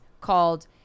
called